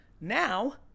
Now